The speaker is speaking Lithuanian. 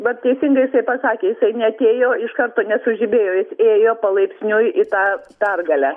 vat teisingai jisai pasakė jisai neatėjo iš karto nesužibėjo jis ėjo palaipsniui į tą pergalę